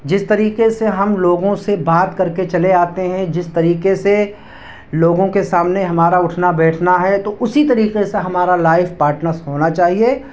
جس طریقے سے ہم لوگوں سے بات کر کے چلے آتے ہیں جس طریقے سے لوگوں کے سامنے ہمارا اٹھنا بیٹھنا ہے تو اسی طریقے سے ہمارا لائف پاٹنرز ہونا چاہیے